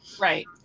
Right